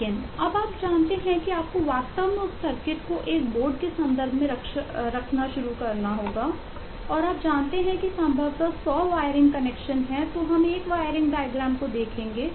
लेकिन जब आप जानते हैं कि आपको वास्तव में उस सर्किट को देखेंगे